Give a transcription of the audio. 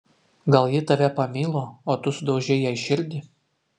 gal ji tave pamilo o tu sudaužei jai širdį